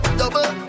double